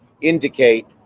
indicate